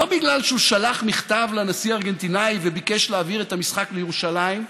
לא בגלל שהוא שלח מכתב לנשיא הארגנטיני וביקש להעביר את המשחק לירושלים,